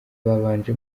babanje